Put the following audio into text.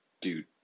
dude